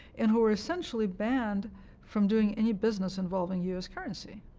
and who are essentially banned from doing any business involving u s. currency,